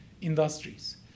industries